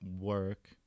work